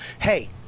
hey